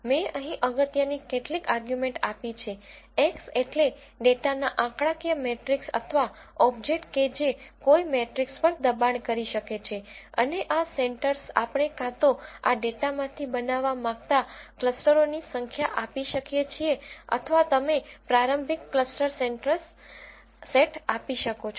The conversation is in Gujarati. મેં અહીં અગત્યની કેટલીક આર્ગ્યુમેન્ટ આપી છે x એટલે ડેટાના આંકડાકીય મેટ્રિક્સ અથવા ઓબ્જેક્ટ કે જે કોઈ મેટ્રિક્સ પર દબાણ કરી શકે છે અને આ સેન્ટરસ આપણે કાં તો આ ડેટામાંથી બનાવવા માંગતા ક્લસ્ટરોની સંખ્યા આપી શકીએ છીએ અથવા તમે પ્રારંભિક ક્લસ્ટર સેન્ટરસ સેટ આપી શકો છો